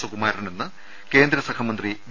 സുകു മാരനെന്ന് കേന്ദ്ര സഹമന്ത്രി വി